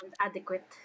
adequate